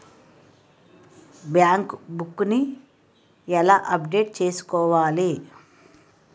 Bank book నీ ఎలా update చేసుకోవాలి?